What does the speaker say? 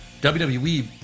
WWE